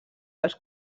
als